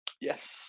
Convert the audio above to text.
Yes